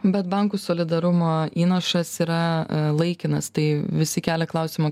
bet bankų solidarumo įnašas yra laikinas tai visi kelia klausimą